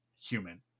human